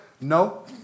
No